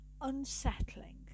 unsettling